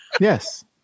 Yes